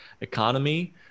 economy